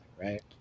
right